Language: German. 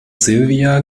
silvia